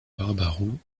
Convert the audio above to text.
barbaroux